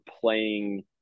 playing